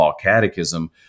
catechism